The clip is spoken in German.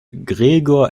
gregor